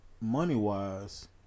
Money-wise